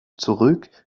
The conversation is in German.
zurück